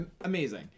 amazing